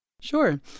Sure